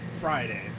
Friday